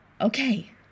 Okay